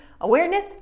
awareness